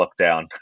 lockdown